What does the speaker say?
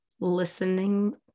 listening